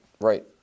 Right